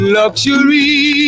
luxury